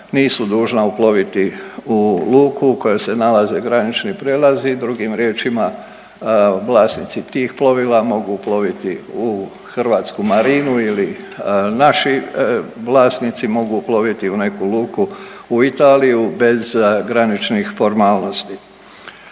nisu dužna uploviti u luku u kojoj se nalaze granični prijelazi. Drugim riječima, vlasnici tih plovila mogu uploviti u hrvatsku marinu ili naši vlasnici mogu uploviti u neku luku u Italiju bez graničnih formalnosti.